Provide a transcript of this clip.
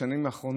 שהוא הצלת חיים,